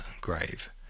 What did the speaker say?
Grave